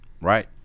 right